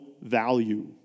value